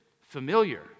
familiar